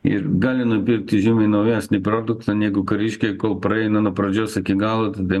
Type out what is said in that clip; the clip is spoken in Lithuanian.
ir gali nupirkti žymiai naujesnį produktą negu kariškiai kol praeina nuo pradžios iki galotada